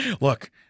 look